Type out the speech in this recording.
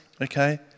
okay